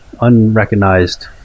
unrecognized